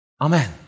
Amen